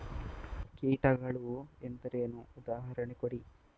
ಕೀಟಗಳು ಎಂದರೇನು? ಉದಾಹರಣೆ ಕೊಡಿ?